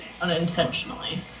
unintentionally